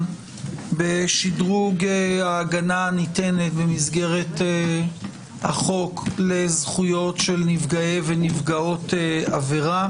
בשדרוג ההגנה הניתנת במסגרת החוק לזכויות של נפגעי ונפגעות עבירה.